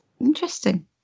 interesting